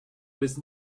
was